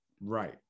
Right